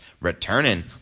returning